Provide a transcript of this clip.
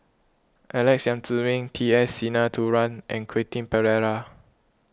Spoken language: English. Alex Yam Ziming T S Sinnathuray and Quentin Pereira